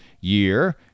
year